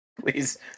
Please